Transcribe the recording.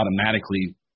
automatically